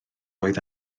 oedd